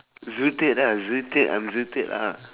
zooted ah zooted I'm zooted lah ha